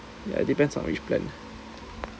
ya depends on which plan